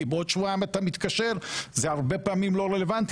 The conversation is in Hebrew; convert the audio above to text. כי בעוד שבועיים אתה מתקשר זה הרבה פעמים לא רלוונטי